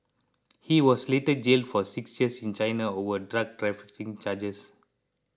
he was later jailed for six years in China over drug trafficking charges